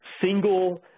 single